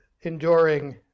enduring